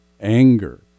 anger